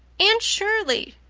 anne shirley!